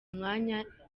mwaka